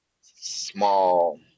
small